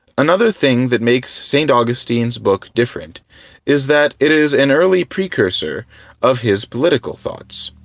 another thing that makes st. augustine's book different is that it is an early precursor of his political thoughts,